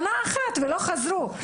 שנה אחת ולא חזרו.